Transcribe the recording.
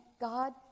God